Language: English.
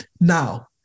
Now